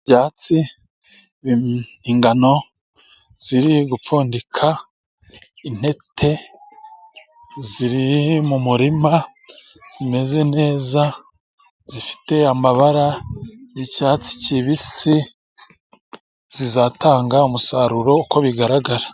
Ibyatsi, ingano ziri gupfundika intete ziri mu murima zimeze neza zifite amabara y'icyatsi kibisi zizatanga umusaruro uko bigaragara.